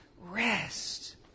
rest